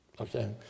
Okay